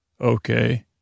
Okay